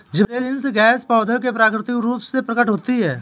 gibberellins gas पौधों में प्राकृतिक रूप से प्रकट होती है